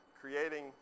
creating